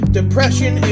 depression